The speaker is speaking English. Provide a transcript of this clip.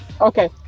Okay